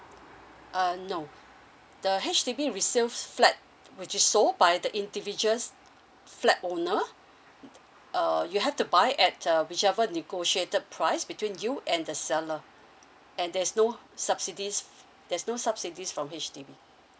uh no the H_D_B resale flat which is sold by the individuals flat owner uh you have to buy at uh whichever negotiated price between you and the seller and there's no subsidies there's no subsidies from H_D_B